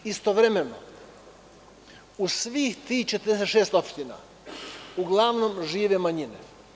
Istovremeno u svih tih 46 opština uglavnom žive manjine.